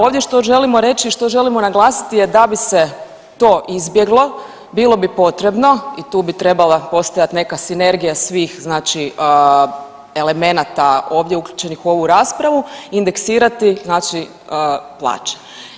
Ovdje što želimo reći i što želimo naglasiti je da bi se to izbjeglo, bilo bi potrebno i tu bi trebala postojati neka sinergija svih znači elemenata ovdje uključenih u ovu raspravu, indeksirati znači plaće.